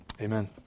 amen